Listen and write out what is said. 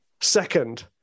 second